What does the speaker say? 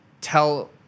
tell